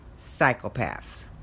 psychopaths